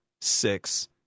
six